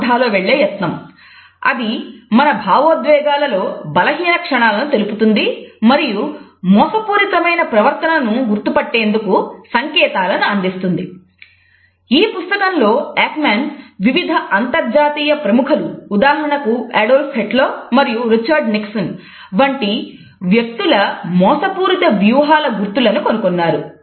Paul Ekman వంటి వ్యక్తుల మోసపూరిత వ్యూహాల గుర్తులను కనుగొన్నారు